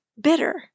bitter